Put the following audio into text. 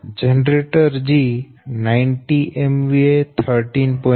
G 90 MVA 13